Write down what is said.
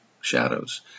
shadows